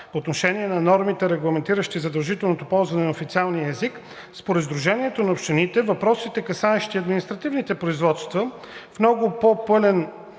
По отношение на нормите, регламентиращи задължителното ползване на официалния език, според Сдружението на общините въпросите, касаещи административните производства, в много по-пълен